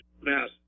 mass